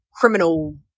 criminal